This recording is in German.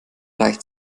reicht